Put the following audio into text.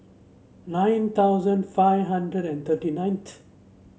nine thousand five hundred and thirty nineth